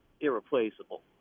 irreplaceable